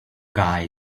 guy